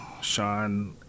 sean